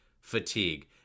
fatigue